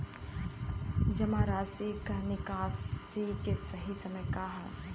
जमा राशि क निकासी के सही समय का ह?